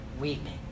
weeping